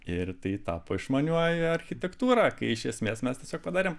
ir tai tapo išmanioji architektūra iš esmės mes tiesiog padarėm